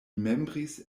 membris